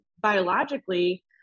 biologically